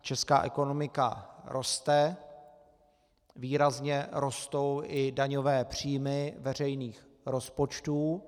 Česká ekonomika roste, výrazně rostou i daňové příjmy veřejných rozpočtů.